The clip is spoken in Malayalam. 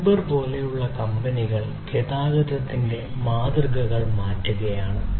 യൂബർ പോലുള്ള കമ്പനികൾ ഗതാഗതത്തിന്റെ മാതൃകകൾ മാറ്റുകയാണ്